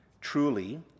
Truly